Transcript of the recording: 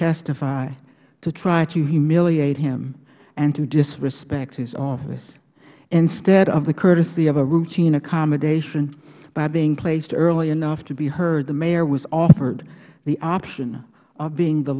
testify to try to humiliate him and to disrespect his office instead of the courtesy of a routine accommodation by being placed early enough to be heard the mayor was offered the option of being the